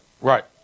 Right